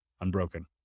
unbroken